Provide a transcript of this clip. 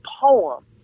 poem